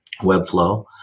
Webflow